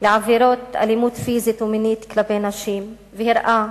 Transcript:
לעבירות אלימות פיזית ומינית כלפי נשים, והראה